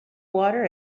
water